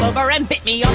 over and bit me on